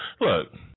Look